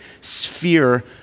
sphere